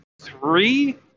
three